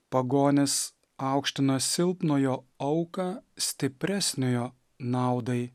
pagonys aukština silpnojo auką stipresniojo naudai